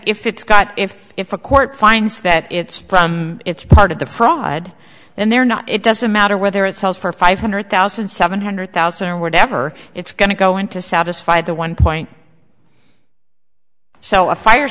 if it's got if if a court finds that it's from it's part of the fraud and they're not it doesn't matter whether it sells for five hundred thousand seven hundred thousand or whatever it's going to go in to satisfy the one point so a fire